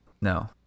No